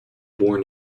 born